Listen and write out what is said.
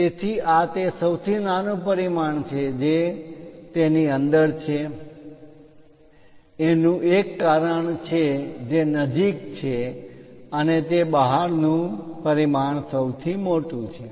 તેથી આ તે સૌથી નાનું પરિમાણ છે જે તેની અંદર છે એનું એક કારણ છે જે નજીક છે અને તે બહારનું પરિમાણ મોટું છે